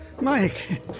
Mike